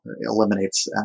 eliminates